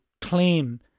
claim